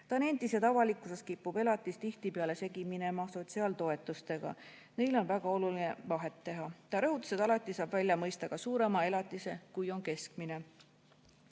Ta nentis, et avalikkuses kipub elatis tihtipeale segi minema sotsiaaltoetustega. Neil on väga oluline vahet teha. Ta rõhutas, et alati saab välja mõista ka suurema elatise, kui on keskmine. Tarmo